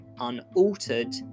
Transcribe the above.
unaltered